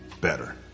better